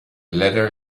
letter